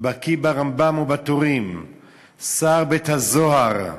בקי ברמב"ם ובטורים, שר בית הזוהר,